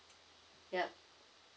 ya